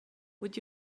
would